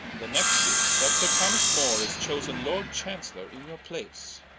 the next is, that sir thomas moore is chosen lord chancellor, in your place